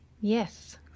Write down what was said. Yes